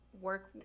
work